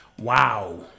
Wow